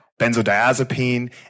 benzodiazepine